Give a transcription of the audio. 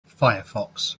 firefox